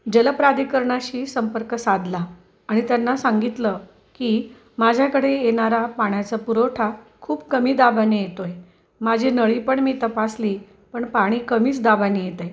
जलप्राधकरणाशी संपर्क साधला आणि त्यांना सांगितलं की माझ्याकडे येणारा पाण्याचा पुरवठा खूप कमी दाबाने येतो आहे माझी नळी पण मी तपासली पण पाणी कमीच दाबाने येतं आहे